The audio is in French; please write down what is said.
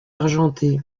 argenté